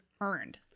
earned